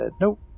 nope